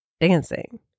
dancing